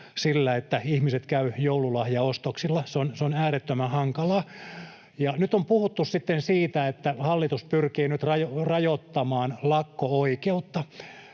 sillä, että ihmiset käyvät joululahjaostoksilla. Se on äärettömän hankalaa. Nyt on puhuttu sitten siitä, että hallitus pyrkii nyt rajoittamaan lakko-oikeutta.